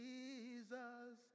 Jesus